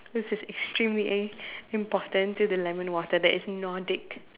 this is extremely eh important to the lemon water that is Nordic